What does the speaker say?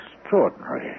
extraordinary